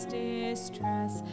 distress